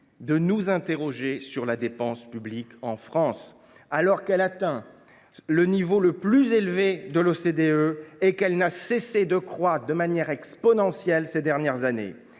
de nous interroger sur la dépense publique en France, alors qu’elle atteint le niveau le plus élevé de l’OCDE et qu’elle n’a cessé de croître de manière exponentielle ces dernières années.